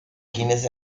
hines